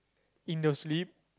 in the sleep